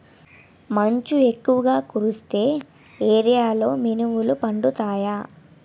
మంచు ఎక్కువుగా కురిసే ఏరియాలో మినుములు పండుతాయా?